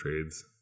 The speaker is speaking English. trades